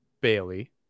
Bailey